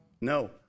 No